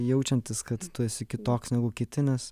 jaučiantis kad tu esi kitoks negu kiti nes